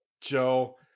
joe